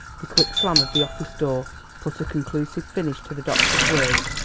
the quick slam of the office door put a conclusive finish to the doctor's words,